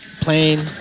plane